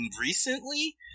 recently